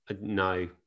no